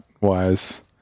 wise